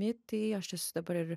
mitai aš esu dabar ir